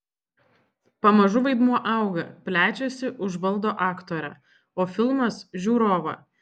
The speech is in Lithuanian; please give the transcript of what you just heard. pamažu vaidmuo auga plečiasi užvaldo aktorę o filmas žiūrovą